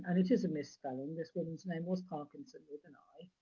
and it is a misspelling. this woman's name was parkinson with an i.